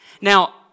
Now